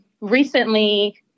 recently